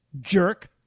Jerk